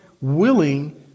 willing